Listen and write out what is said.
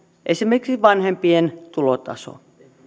esimerkiksi vanhempien tulotaso